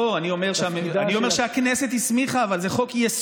לא, אני אומר שהכנסת הסמיכה, אבל זה חוק-יסוד.